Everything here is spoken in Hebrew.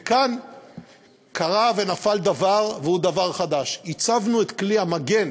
וכאן קרה ונפל דבר והוא דבר חדש: עיצבנו את כלי המגן